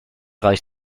reicht